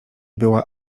była